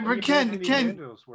Ken